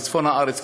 בצפון הארץ,